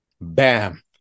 Bam